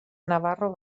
navarro